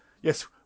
yes